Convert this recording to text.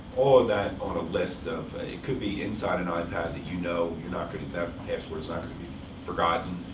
all of that on a list of it could be inside an ipad, that you know you're not going to that password's not going to be forgotten.